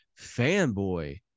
fanboy